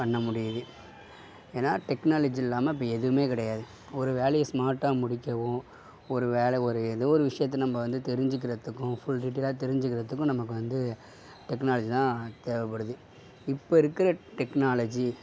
பண்ணமுடியுது ஏன்னா டெக்னாலஜி இல்லாமல் இப்போ எதுவுமே கிடையாது ஒரு வேலைய ஸ்மார்ட்டாக முடிக்கவும் ஒரு வேலை ஒரு ஏதோ ஒரு விஷயத்தை நம்ம வந்து தெரிஞ்சிக்கிறதுக்கும் ஃபுல் டீட்டியலாக தெரிஞ்சிக்கிறதுக்கும் நமக்கு வந்து டெக்னாலஜி தான் தேவப்படுது இப்போ இருக்கிற டெக்னாலஜி